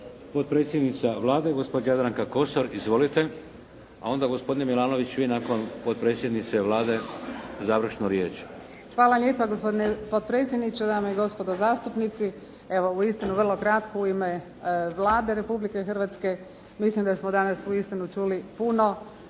Potpredsjednica Vlade, gospođa Jadranka Kosor izvolite, a onda gospodine Milanoviću vi nakon potpredsjednice Vlade završnu riječ. **Kosor, Jadranka (HDZ)** Hvala lijepa gospodine potpredsjedniče. Dame i gospodo zastupnici, evo uistinu vrlo kratko u ime Vlade Republike Hrvatske mislim da smo danas uistinu čuli puno